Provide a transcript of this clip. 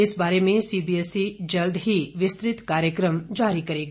इस बारे में सीबीएसई जल्द ही विस्तृत कार्यक्रम जारी करेगा